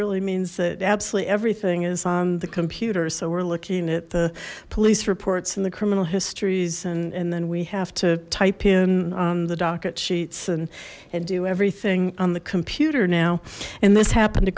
really means that absolutely everything is on the computer so we're looking at the police reports in the criminal histories and and then we have to type in on the docket sheets and do everything on the computer now and this happened to